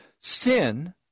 sin